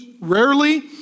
rarely